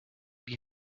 die